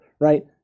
right